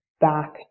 back